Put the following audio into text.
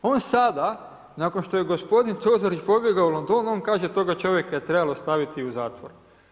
On sada, nakon što je gospodin Todorić pobjegao u London, on kaže toga čovjeka je trebalo staviti u zatvor.